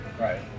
Right